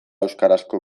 euskarazko